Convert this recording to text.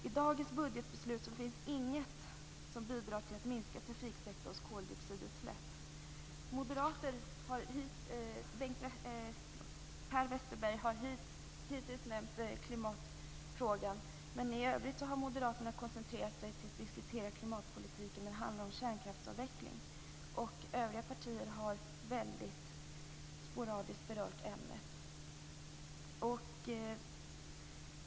I dagens budgetbeslut finns inget som bidrar till att minska trafiksektorns koldioxidutsläpp. Moderaternas Per Westerberg har hittills nämnt klimatfrågan, men i övrigt har moderaterna koncentrerat sig till att diskutera klimatpolitik när det handlar om kärnkraftsavveckling. Övriga partier har väldigt sporadiskt berört ämnet.